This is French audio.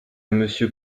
monsieur